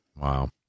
Wow